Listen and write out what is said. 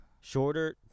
shorter